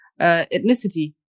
ethnicity